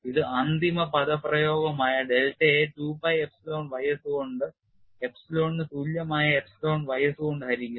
ഇത് അന്തിമ പദപ്രയോഗമായ ഡെൽറ്റയെ 2pi എപ്സിലോൺ ys കൊണ്ട് എപ്സിലോണിന് തുല്യമായ എപ്സിലോൺ ys കൊണ്ട് ഹരിക്കുന്നു